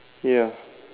ya